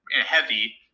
heavy